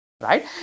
right